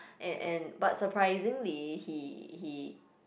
and and but surprisingly he he